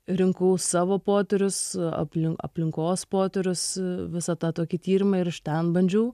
rinkau savo potyrius aplin aplinkos poterius visą tą tokį tyrimą ir iš ten bandžiau